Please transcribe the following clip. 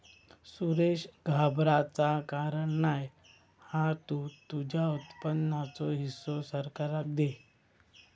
सुरेश घाबराचा कारण नाय हा तु तुझ्या उत्पन्नाचो हिस्सो सरकाराक दे